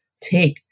take